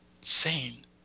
sane